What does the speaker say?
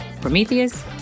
Prometheus